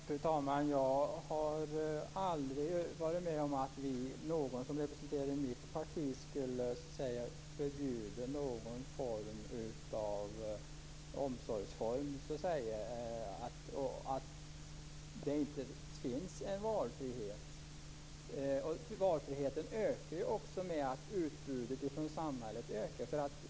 Fru talman! Jag har aldrig varit med om att någon som representerar mitt parti har förbjudit någon omsorgsform och sagt att det inte skall finnas valfrihet. Valfriheten ökar ju också i och med att utbudet från samhället ökar.